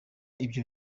ibyo